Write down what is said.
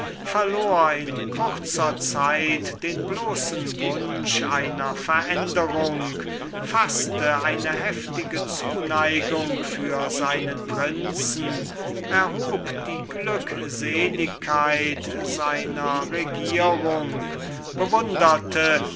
in kurzer zeit den bloßen wunsch einer veränderung faßte eine heftige zuneigung für seinen prinzen erhob die glückseligkeit seiner regierung bewunderte